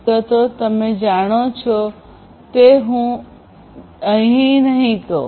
જેની વિગતો તમે જાણો છો તે હું નહીં કહું